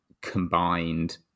combined